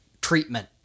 treatment